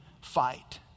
fight